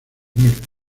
mil